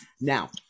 Now